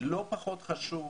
לא פחות חשוב